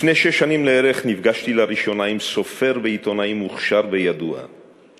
לפני שש שנים לערך נפגשתי לראשונה עם סופר ועיתונאי מוכשר וידוע,